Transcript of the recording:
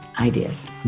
ideas